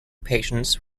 patients